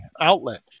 outlet